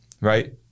right